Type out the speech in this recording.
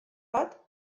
bat